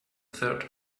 third